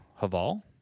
Haval